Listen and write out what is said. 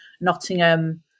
Nottingham